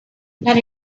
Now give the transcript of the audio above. that